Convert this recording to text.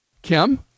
Kim